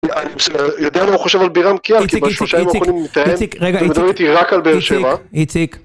-יודע למה הוא חושב על בירם כיאל, כי בשלושה ימים האחרונים הוא מתאים, אתם מדברים איתי רק על באר שבע. -איציק, איציק, איציק, איציק, רגע, איציק, איציק, איציק.